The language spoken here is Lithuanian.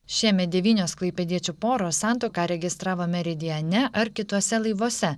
šiemet devynios klaipėdiečių poros santuoką registravo meridiane ar kituose laivuose